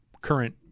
current